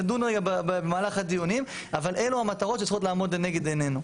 נדון במהלך הדיונים אבל אלו המטרות שצריכות לעמוד לנגד עינינו.